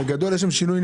בגדול אין שום שינוי.